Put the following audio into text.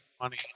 money